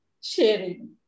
sharing